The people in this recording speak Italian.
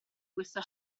questa